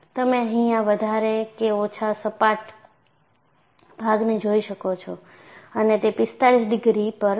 તમે અહીંયા વધારે કે ઓછા સપાટ ભાગને જોઈ શકો છો અને તે 45 ડિગ્રી પર છે